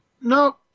No